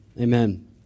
Amen